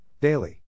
daily